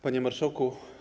Panie Marszałku!